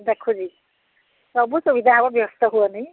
ଦେଖୁଛି ସବୁ ସୁବିଧା ହେବ ବ୍ୟସ୍ତ ହୁଅନି